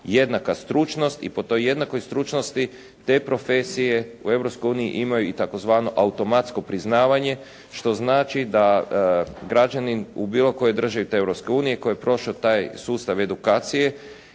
jednaka stručnost i po toj jednakoj stručnosti te profesije u Europskoj uniji imaju i tzv. automatsko priznavanje, što znači da građanin u bilo kojoj državi te Europske unije koji je prošao taj sustav edukacije